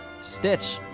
Stitch